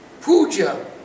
puja